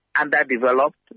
underdeveloped